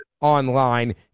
online